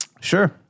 Sure